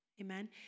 Amen